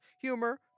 humor